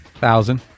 Thousand